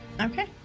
Okay